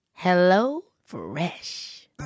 HelloFresh